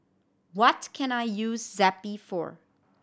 what can I use Zappy for